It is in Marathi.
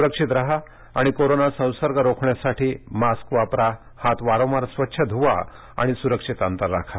सुरक्षित राहा आणि कोरोना संसर्ग रोखण्यासाठी मास्क वापरा हात वारंवार स्वच्छ धुवा सुरक्षित अंतर ठेवा